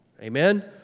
Amen